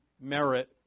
merit